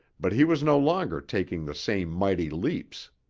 but he was no longer taking the same mighty leaps.